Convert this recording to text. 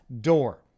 door